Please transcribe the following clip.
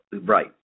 right